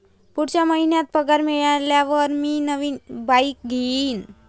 पुढच्या महिन्यात पगार मिळाल्यावर मी नवीन बाईक घेईन